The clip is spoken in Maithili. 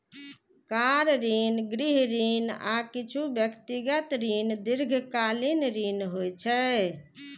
कार ऋण, गृह ऋण, आ किछु व्यक्तिगत ऋण दीर्घकालीन ऋण होइ छै